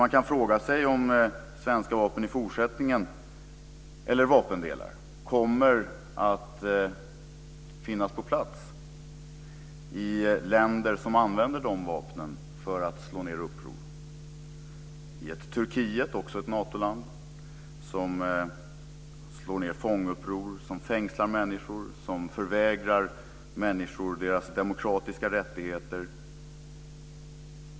Man kan fråga sig om svenska vapen eller vapendelar i fortsättningen kommer att finnas på plats i länder som använder de vapnen för att slå ned uppror, t.ex. i ett Turkiet - också ett Natoland - som slår ned fånguppror, som fängslar människor och som förvägrar människor deras demokratiska rättigheter.